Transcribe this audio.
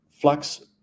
flux